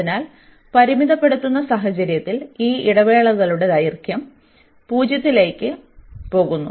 അതിനാൽ പരിമിതപ്പെടുത്തുന്ന സാഹചര്യത്തിൽ ഈ ഇടവേളകളുടെ ദൈർഘ്യം 0 ലേക്ക് പോകുന്നു